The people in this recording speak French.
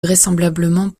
vraisemblablement